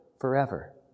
forever